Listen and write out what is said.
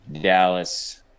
Dallas